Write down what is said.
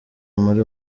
muri